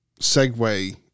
segue